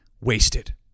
wasted